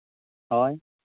ᱦᱳᱭ